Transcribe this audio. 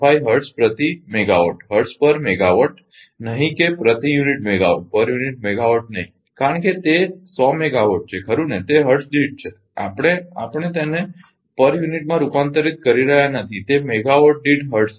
015 hertz પ્રતિ megawatt per megawatt નહીં કે પ્રતિ યુનિટ મેગાવાટ કારણ કે તે 100 મેગાવાટ છે ખરુ ને તે હર્ટ્ઝ દીઠ છે આપણે આપણે તેને પર યુનિટમાં રૂપાંતરિત કરી રહ્યાં નથી તે મેગાવાટ દીઠ હર્ટ્ઝ છે